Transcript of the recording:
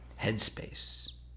headspace